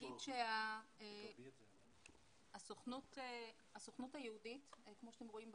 אומר שהסוכנות היהודית, כמו שאתם רואים בשקף,